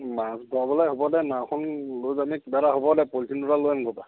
মাছ ভৰাবলৈ হ'ব দে নাওখন লৈ যামেই কিবা এটা হ'ব দে পলিথিন দুটা লৈ আন ঘৰৰ পৰা